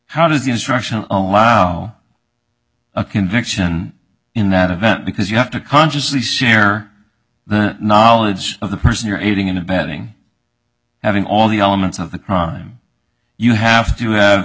how does the instruction oh allow a conviction in that event because you have to consciously share the knowledge of the person you're aiding and abetting having all the elements of the crime you have to have